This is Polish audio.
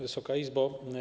Wysoka Izbo!